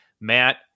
Matt